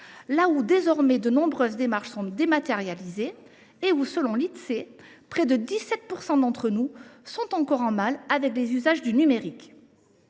à l’heure où de nombreuses démarches sont dématérialisées et où, selon l’Insee, près de 17 % d’entre nous sont encore mal à l’aise avec les usages du numérique.